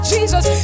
Jesus